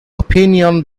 opinion